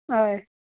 हय